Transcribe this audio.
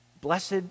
blessed